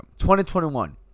2021